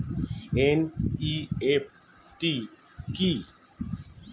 NEFT কি?